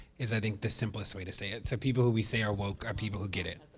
is i think the simplest way to say it. so people who we say are woke are people who get it.